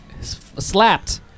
slapped